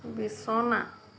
বিছনা